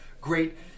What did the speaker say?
great